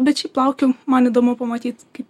bet šiaip laukiu man įdomu pamatyt kai